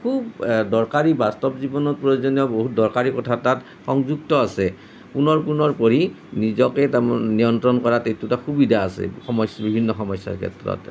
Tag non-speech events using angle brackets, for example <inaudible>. খুব দৰকাৰী বাস্তৱ জীৱনত প্ৰয়োজনীয় বহুত দৰকাৰী কথা তাত সংযুক্ত আছে পুনৰ পুনৰ পঢ়ি নিজকে তাৰমানে নিয়ন্ত্ৰণ কৰা এইটো এটা সুবিধা আছে <unintelligible> বিভিন্ন সমস্যাৰ ক্ষেত্ৰত